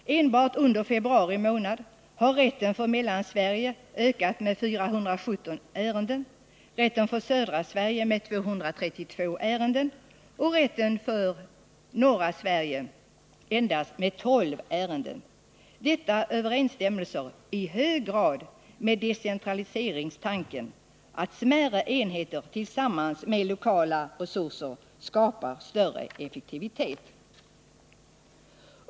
Enbart under februari månad har försäkringsrätten för Mellansverige fått en ökning av balansen med 417 ärenden och försäkringsrätten för södra Sverige med 232 ärenden. När det gäller försäkringsrätten för norra Sverige ökade balansen med endast 12 ärenden. Detta överensstämmer i hög grad med decentraliseringstanken att smärre enheter tillsammans med lokala resurser skapar större effektivitet.